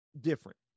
different